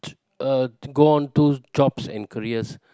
t~ uh go on to jobs and careers